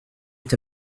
est